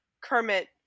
Kermit